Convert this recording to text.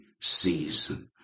Season